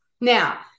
Now